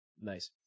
Nice